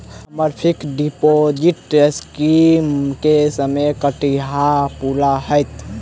हम्मर fix deposit scheme केँ समय कहिया पूरा हैत?